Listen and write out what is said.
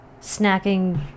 snacking